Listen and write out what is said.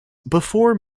before